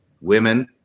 Women